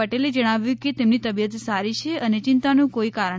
પટેલે જણાવ્યું કે તેમની તબિયત સારી છે અને ચિંતાનું કોઈ કારણ નથી